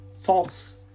thoughts